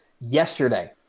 Yesterday